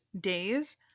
days